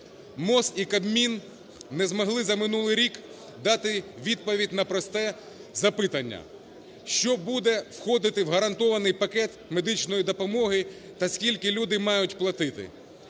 МОЗ і Кабмін не змогли за минулий рік дати відповідь на просте запитання, що буде входити в гарантований пакет медичної допомоги та скільки люди мають платити?